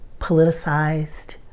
politicized